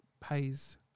pays